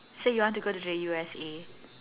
so you want to go to the U_S_A